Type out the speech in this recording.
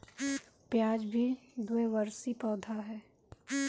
प्याज भी द्विवर्षी पौधा हअ